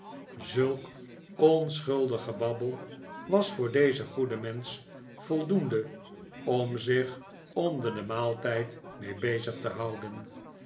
zulk onschuldig gebabbel was voor deze goede menschen voldoende om zich onder den maaltijd mee bezig te houden